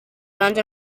guns